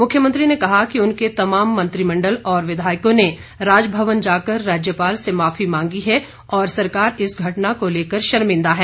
मुख्यमंत्री ने कहा कि उनके तमाम मंत्रिमण्डल और विधायकों ने राजभवन जाकर राज्यपाल से माफी मांगी है और सरकार इस घटना को लेकर शर्मिंदा है